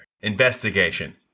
Investigation